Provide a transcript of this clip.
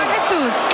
Jesus